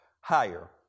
higher